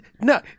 no